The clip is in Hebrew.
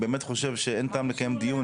אין טעם לקיים דיון.